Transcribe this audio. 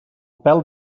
pèl